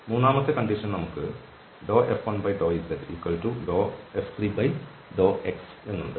മൂന്നാമത്തെ വ്യവസ്ഥ നമുക്ക് F1∂zF3∂x ഉണ്ട്